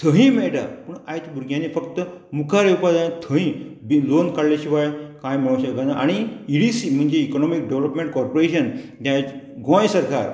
थंही मेळटा पूण आयज भुरग्यांनी फक्त मुखार येवपा जाय थंय बी लॉन काडले शिवाय कांय मेळोंक शेकना आनी इ डी सी म्हणजे इकॉनॉमीक डेवलोपमेंट कॉर्पोरेशन जें गोंय सरकार